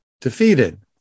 defeated